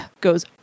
Goes